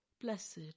Blessed